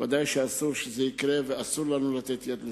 ודאי שאסור שזה יקרה ואסור לנו לתת יד לזה.